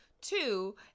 Two